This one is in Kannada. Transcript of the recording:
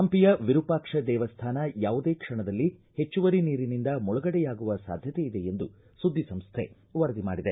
ಹಂಪಿಯ ವಿರೂಪಾಕ್ಷ ದೇಮ್ಮಾನ ಯಾವುದೇ ಕ್ಷಣದಲ್ಲಿ ಹೆಚ್ಚುವರಿ ನೀರಿನಿಂದ ಮುಳುಗಡೆಯಾಗುವ ಸಾಧ್ಯತೆಯಿದೆ ಎಂದು ಸುದ್ದಿಸಂಸ್ಥೆ ವರದಿ ಮಾಡಿದೆ